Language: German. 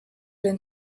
den